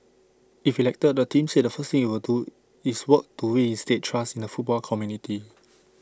if elected the team said the first thing IT would do is work to reinstate trust in the football community